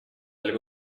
либо